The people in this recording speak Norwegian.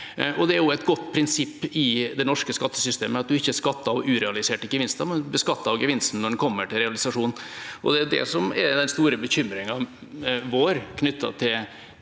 Det er et godt prinsipp i det norske skattesystemet at man ikke skatter av urealiserte gevinster, men skatter av gevinsten når den kommer til realisasjon. Det er det som er den store bekymringen vår knyttet til